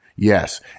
Yes